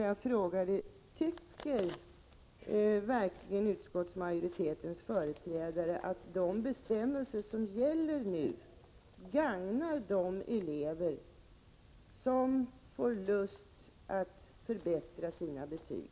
Jag frågade: Tycker verkligen utskottsmajoritetens företrädare att de bestämmelser som nu gäller gagnar de elever som får lust att förbättra sina betyg?